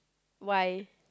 why